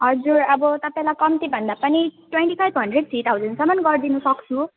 हजुर अब तपाईँलाई कम्ती भन्दा पनि ट्वेन्टी फाइभ हन्ड्रेड थ्री थाउजन्डसम्म गरिदिन सक्छु